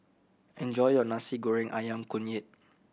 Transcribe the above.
enjoy your Nasi Goreng Ayam Kunyit